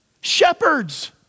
Shepherds